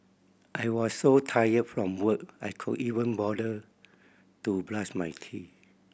I was so tired from work I could even bother to brush my teeth